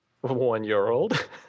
one-year-old